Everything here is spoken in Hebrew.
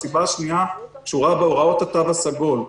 הסיבה השנייה קשורה בהוראות התו הסגול.